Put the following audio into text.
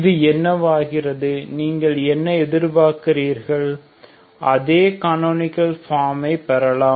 இது என்னவாகிறது நீங்கள் என்ன எதிர்பார்க்கிறீர்கள் அதே கனோனிகல் ஃபார்ம் பெறலாம்